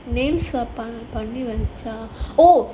nails பண்ணி வந்துச்சா:panni vandhuchaa oh